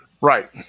Right